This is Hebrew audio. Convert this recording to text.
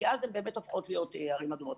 כי אז הן באמת הופכות להיות ערים אדומות.